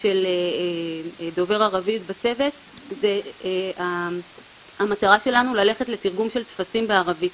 של דובר ערבית בצוות זה המטרה שלנו ללכת לתרגום של טפסים בערבית.